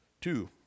Two